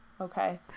Okay